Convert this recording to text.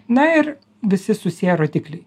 na ir visi susiję rodikliai